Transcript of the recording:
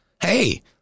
Hey